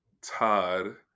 Todd